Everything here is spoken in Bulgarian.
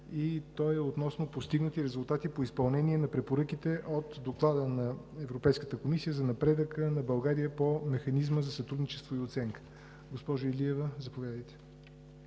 и е относно постигнати резултати по изпълнение на препоръките от Доклада на Европейската комисия за напредъка на България по Механизма за сътрудничество и оценка. Заповядайте,